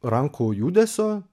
rankų judesio